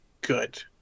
good